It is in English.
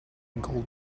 gold